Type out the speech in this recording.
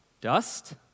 dust